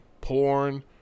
porn